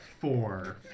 four